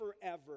forever